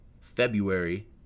February